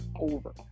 over